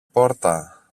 πόρτα